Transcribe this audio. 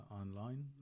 Online